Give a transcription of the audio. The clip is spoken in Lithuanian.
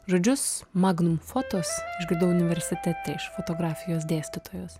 žodžius magnum fotos išgirdau universitete iš fotografijos dėstytojos